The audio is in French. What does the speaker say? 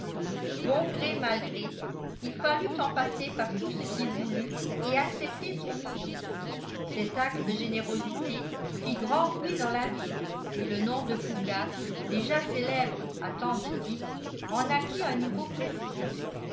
bon gré mal gré il fallut en passer par tout ce qu'il voulut et accepter son million cet acte de générosité fit grand bruit dans la ville et le nom de fougas déjà célèbre à tant de titres en acquit un nouveau prestige